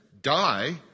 die